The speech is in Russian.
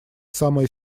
самое